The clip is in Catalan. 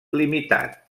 limitat